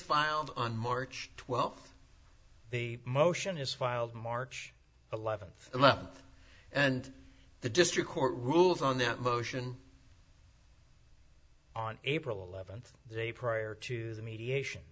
filed on march twelfth the motion is filed march eleventh eleventh and the district court ruled on that motion on april eleventh the day prior to the mediation